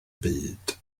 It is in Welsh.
byd